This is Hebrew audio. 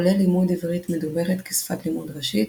כולל לימוד עברית מדוברת כשפת לימוד ראשית,